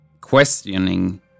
questioning